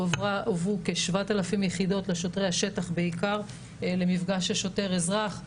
הועברו כ-7,000 יחידות לשוטרי השטח בעיקר למפגש של שוטר-אזרח.